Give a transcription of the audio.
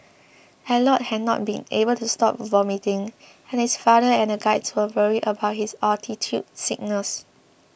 Elliot had not been able to stop vomiting and his father and the guides were worried about his altitude sickness